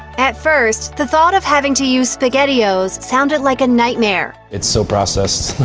at first, the thought of having to use spaghettios sounded like a nightmare. it's so processed.